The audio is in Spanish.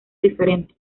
diferente